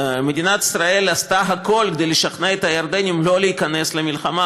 מדינת ישראל עשתה הכול כדי לשכנע את הירדנים לא להיכנס למלחמה,